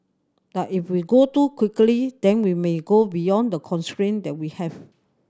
but if we go too quickly then we may go beyond the constraint that we have